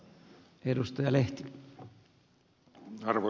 arvoisa herra puhemies